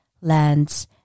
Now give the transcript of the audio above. lands